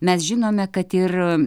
mes žinome kad ir